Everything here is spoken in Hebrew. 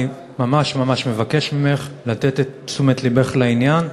אני ממש ממש מבקש ממך לתת את תשומת לבך לעניין.